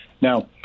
Now